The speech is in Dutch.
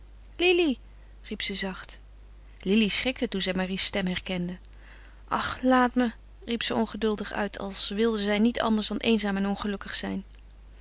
riep ze zacht lili schrikte toen zij marie's stem herkende och laat me riep ze ongeduldig uit als wilde zij niet anders dan eenzaam en ongelukkig zijn